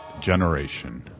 generation